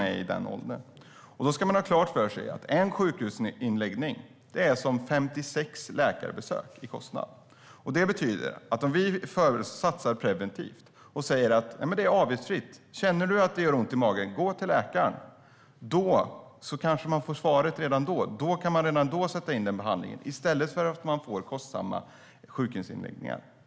Vi ska ha klart för oss att en sjukhusinläggning motsvarar 56 läkarbesök i kostnad. Om man känner att det gör ont i magen ska man gå till läkaren. Om vi satsar preventivt och säger att det är avgiftsfritt kanske man kan få svaret tidigare och behandlingen kan sättas in redan då i stället för att det ska leda till en kostsam sjukhusinläggning.